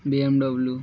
BMW